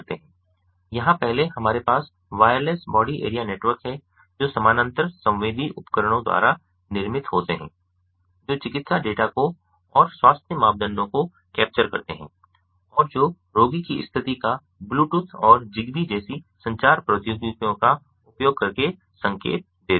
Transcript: यहां पहले हमारे पास वायरलेस बॉडी एरिया नेटवर्क हैं जो समानांतर संवेदी उपकरणों द्वारा निर्मित होते हैं जो चिकित्सा डेटा को और स्वास्थ्य मापदंडों को कैप्चर करते हैं और जो रोगी की स्थिति का ब्लूटूथ और ज़िगबी जैसी संचार प्रौद्योगिकियों का उपयोग करके संकेत देते हैं